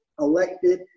elected